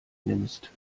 nimmst